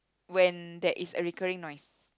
when that is recurring noise